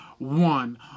One